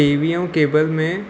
TV ऐं cable में